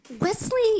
Wesley